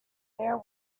there